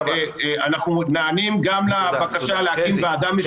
אנחנו גם נענים גם לבקשה להקים ועדה משותפת.